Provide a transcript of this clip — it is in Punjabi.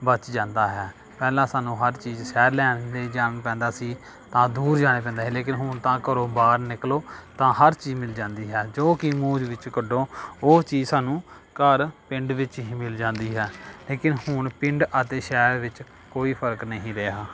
ਬਚ ਜਾਂਦਾ ਹੈ ਪਹਿਲਾਂ ਸਾਨੂੰ ਹਰ ਚੀਜ਼ ਸ਼ਹਿਰ ਲੈਣ ਲਈ ਜਾਣਾ ਪੈਂਦਾ ਸੀ ਤਾਂ ਦੂਰ ਜਾਣਾ ਪੈਂਦਾ ਸੀ ਲੇਕਿਨ ਹੁਣ ਤਾਂ ਘਰੋਂ ਬਾਹਰ ਨਿਕਲੋ ਤਾਂ ਹਰ ਚੀਜ਼ ਮਿਲ ਜਾਂਦੀ ਹੈ ਜੋ ਕਿ ਮੂੰਹ ਦੇ ਵਿੱਚ ਕੱਢੋ ਉਹ ਚੀਜ਼ ਸਾਨੂੰ ਘਰ ਪਿੰਡ ਵਿੱਚ ਹੀ ਮਿਲ ਜਾਂਦੀ ਹੈ ਲੇਕਿਨ ਹੁਣ ਪਿੰਡ ਅਤੇ ਸ਼ਹਿਰ ਵਿੱਚ ਕੋਈ ਫਰਕ ਨਹੀਂ ਰਿਹਾ